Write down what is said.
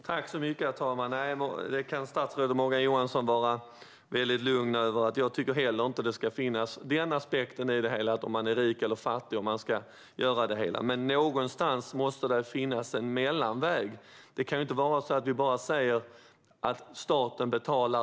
Herr talman! Statsrådet Morgan Johansson kan vara väldigt lugn över att inte heller jag tycker att det ska finnas en sådan aspekt - huruvida man är rik eller fattig - i det hela. Men det måste finnas en mellanväg. Vi kan inte säga att staten alltid ska betala.